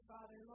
Father